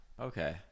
Okay